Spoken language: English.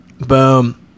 Boom